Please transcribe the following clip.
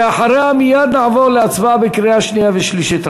אחריה מייד נעבור להצבעה בקריאה שנייה ושלישית,